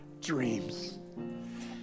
dreams